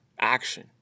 action